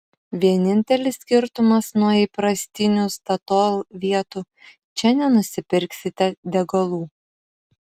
vienintelis skirtumas nuo įprastinių statoil vietų čia nenusipirksite degalų